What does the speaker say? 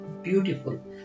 Beautiful